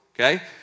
Okay